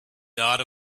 dot